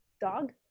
dog